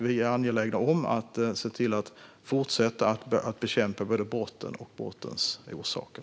Vi är angelägna om att fortsätta att bekämpa både brotten och brottens orsaker.